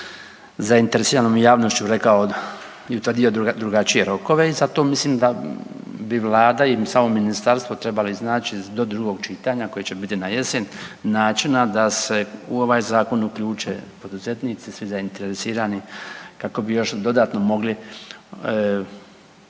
zainteresiranom javnošću rekao .../Govornik se ne razumije./... drugačije rokove i zato mislim da bi Vlada i samo ministarstvo trebali iznaći do drugog čitanja koje će biti na jesene načina da se u ovaj Zakon uključe poduzetnici, svi zainteresirani kako bi još dodatno mogli svojim